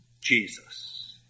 Jesus